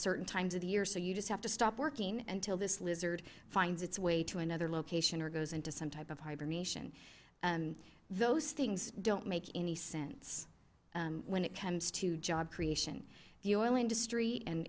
certain times of the year so you just have to stop working until this lizard finds its way to another location or goes into some type of hibernation those things don't make any sense when it comes to job creation the oil